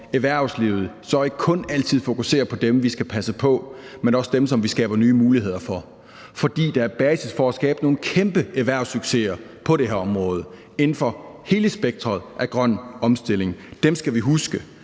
erhvervslivet, ikke kun altid at fokusere på dem, vi skal passe på, men også dem, som vi skaber nye muligheder for. For der er basis for at skabe nogle kæmpe erhvervssucceser på det her område inden for hele spektret af grøn omstilling. Dem skal vi huske,